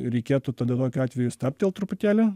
reikėtų tada tokiu atveju stabtelt truputėlį